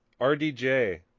RDJ